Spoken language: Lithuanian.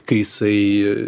kai jisai